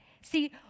See